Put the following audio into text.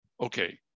okay